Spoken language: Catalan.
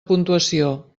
puntuació